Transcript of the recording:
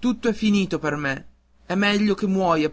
tutto è finito per me è meglio che muoia